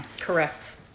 Correct